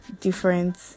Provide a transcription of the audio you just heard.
different